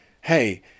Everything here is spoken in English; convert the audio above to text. hey